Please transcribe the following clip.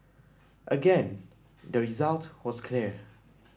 again the result was clear